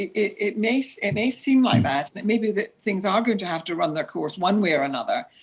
it may so it may seem like that and it may be that things are going to have to run their course one way or another,